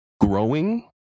growing